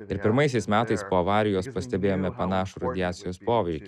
ir pirmaisiais metais po avarijos pastebėjome panašų radiacijos poveikį